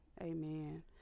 amen